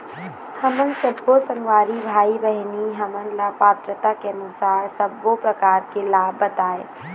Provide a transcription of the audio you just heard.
हमन सब्बो संगवारी भाई बहिनी हमन ला पात्रता के अनुसार सब्बो प्रकार के लाभ बताए?